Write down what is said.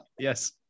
Yes